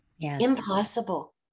Impossible